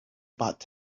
bought